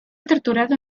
torturado